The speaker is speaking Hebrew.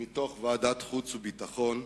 מתוך ועדת החוץ והביטחון.